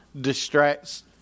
distracts